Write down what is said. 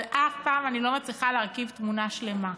אבל אף פעם אני לא מצליחה להרכיב תמונה שלמה.